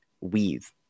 weave